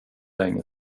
länge